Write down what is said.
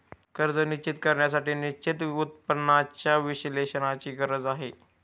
कर्ज निश्चित करण्यासाठी निश्चित उत्पन्नाच्या विश्लेषणाची गरज आहे